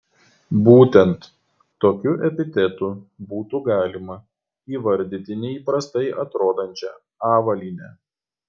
būtent tokiu epitetu būtų galima įvardyti neįprastai atrodančią avalynę